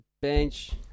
bench